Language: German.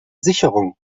sicherung